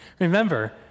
remember